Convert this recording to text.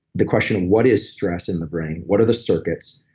the question of what is stress in the brain, what are the circuits,